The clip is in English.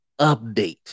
update